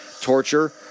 torture